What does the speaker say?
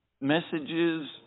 messages